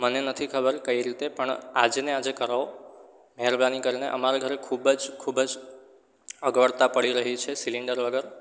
મને નથી ખબર કઈ રીતે પણ આજે ને આજે કરાવો મહેરબાની કરીને અમારે ઘરે ખૂબ જ ખૂબ જ અગવડતા પડી રહી છે સિલિન્ડર વગર